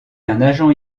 agent